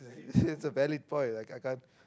it's valid point I can't can't